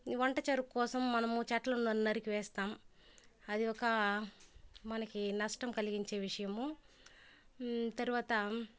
వంట చెరకు కోసం మనము చెట్లను నరికివేస్తాం అది ఒకా మనకి నష్టం కలిగించే విషయము తర్వాత